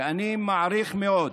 שאני מעריך מאוד,